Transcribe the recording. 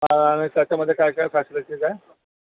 आणि त्याच्यामध्ये काय काय फॅसिलिटीज आहे